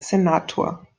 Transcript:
senator